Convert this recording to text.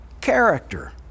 character